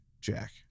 Jack